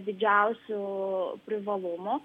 didžiausių privalumų